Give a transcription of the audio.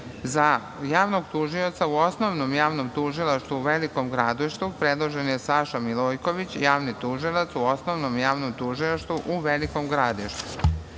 javnog tužioca u Osnovnom i Javnom tužilaštvu u Velikom Gradištu, predložen je Saša Milojković, javni tužilac u Osnovnom i Javnom tužilaštvu u Velikom Gradištu.